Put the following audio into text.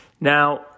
Now